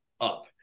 up